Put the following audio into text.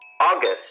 August